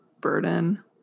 burden